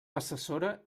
assessora